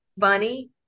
funny